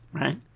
right